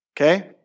okay